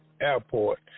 airport